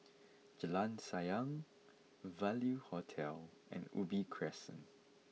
Jalan Sayang Value Hotel and Ubi Crescent